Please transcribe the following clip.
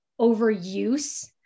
overuse